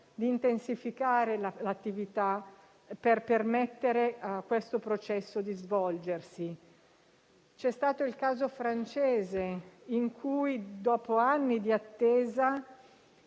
di intensificare l'attività per permettere a questo processo di svolgersi. C'è stato il caso francese, in cui, dopo anni di attesa,